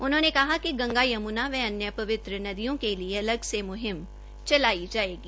उन्होंने कहा कि गंगा यमुना व अन्य पवित्र नदियों के लिए अलग से मुहिम चलाई जाएगी